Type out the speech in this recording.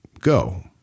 go